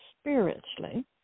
spiritually